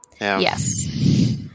Yes